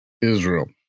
Israel